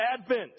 advent